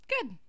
good